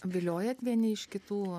viliojat vieni iš kitų